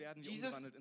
Jesus